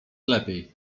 lepiej